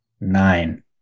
nine